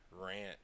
rant